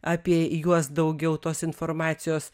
apie juos daugiau tos informacijos